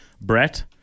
brett